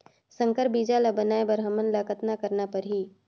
संकर बीजा ल बनाय बर हमन ल कतना करना परही?